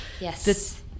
yes